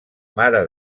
mare